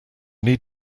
need